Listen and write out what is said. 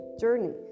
journey